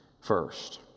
first